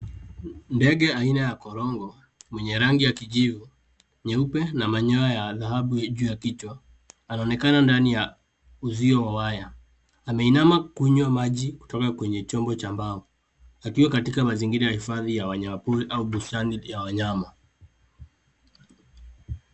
Ndege aina ya korongo mwenye rangi ya kijivu nyeupe na manyoya ya dhahabu juu ya kichwa anaonekana ndani uzio wa waya. Ameinama kunywa maji kutoka kwenye chombo cha mbao. Akiwa katika mazingira ya hifadhi wa wanyama pori au bustani ya wanyama.